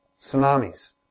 tsunamis